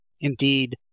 Indeed